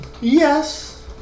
Yes